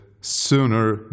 sooner